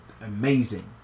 amazing